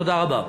תודה רבה.